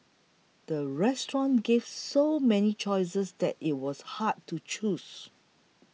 the restaurant gave so many choices that it was hard to choose